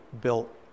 built